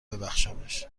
ببخشمش